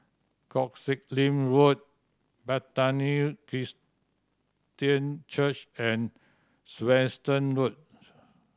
Koh Sek Lim Road Bethany Christian Church and Swettenham Road